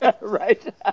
Right